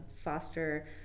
foster